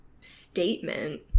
statement